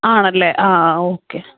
ആണല്ലേ ആ ആ ഓക്കെ